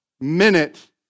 Minute